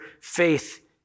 faith